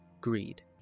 greed